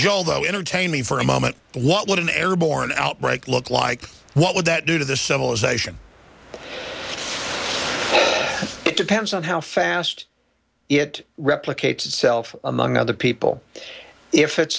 that entertain me for a moment what would an airborne outbreak look like what would that do to the civilization it depends on how fast it replicates itself among other people if it's